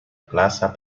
plaza